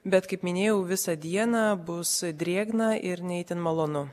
bet kaip minėjau visą dieną bus drėgna ir ne itin malonu